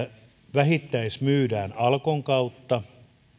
vähittäismyydään alkon kautta